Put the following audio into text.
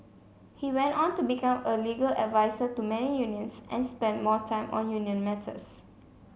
he went on to become a legal advisor to many unions and spent more time on union matters